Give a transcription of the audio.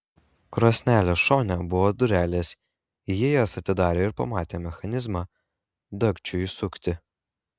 krosnelės šone buvo durelės ji jas atidarė ir pamatė mechanizmą dagčiui išsukti